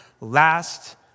Last